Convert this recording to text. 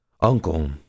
uncle